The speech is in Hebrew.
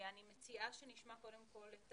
אני מציעה שנשמע קודם כל את